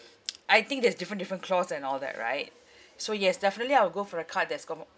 I think there's different different clause and all that right so yes definitely I will go for a card that's got more